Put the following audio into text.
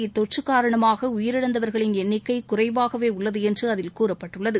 இத்தொற்று காரணமாக உயிரிழந்தவர்களின் எண்ணிக்கை குறைவாகவே உள்ளது என்று அதில் கூறப்பட்டுள்ளது